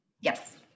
Yes